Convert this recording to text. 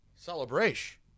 Celebration